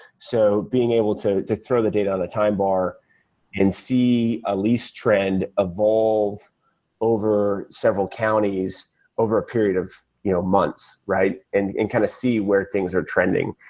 so being able to to throw the data on a time bar and see a least trend evolve over several counties over a period of you know months and and kind of see where things are trending.